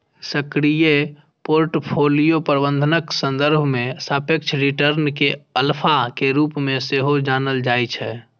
सक्रिय पोर्टफोलियो प्रबंधनक संदर्भ मे सापेक्ष रिटर्न कें अल्फा के रूप मे सेहो जानल जाइ छै